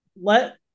let